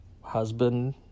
husband